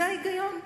זה ההיגיון,